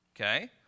okay